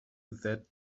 that